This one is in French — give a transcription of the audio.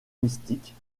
mystiques